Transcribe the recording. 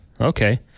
Okay